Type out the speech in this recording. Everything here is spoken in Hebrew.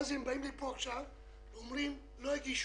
ואז הם באים לפה עכשיו ואומרים: לא הגישו.